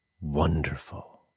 wonderful